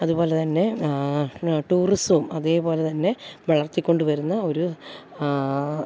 അതുപോലെ തന്നെ ടൂറിസവും അതേപോലെ തന്നെ വളർത്തിക്കൊണ്ടു വരുന്ന ഒരു